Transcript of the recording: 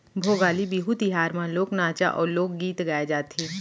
भोगाली बिहू तिहार म लोक नाचा अउ लोकगीत गाए जाथे